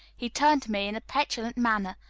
he turned to me in a petulant manner,